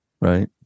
right